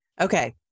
Okay